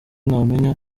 ntamenya